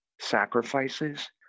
sacrifices